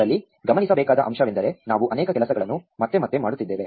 ಇದರಲ್ಲಿ ಗಮನಿಸಬೇಕಾದ ಅಂಶವೆಂದರೆ ನಾವು ಅನೇಕ ಕೆಲಸಗಳನ್ನು ಮತ್ತೆ ಮತ್ತೆ ಮಾಡುತ್ತಿದ್ದೇವೆ